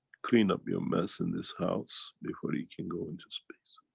clean up your mess in this house, before he can go into space.